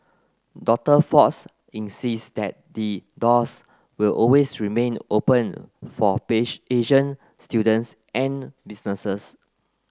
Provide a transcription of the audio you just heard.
Doctor Fox insists that the doors will always remain open for Asian students and businesses